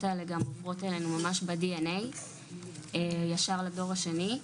האלה גם עוברות אלינו ממש ב-DNA ישר לדור השני,